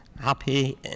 happy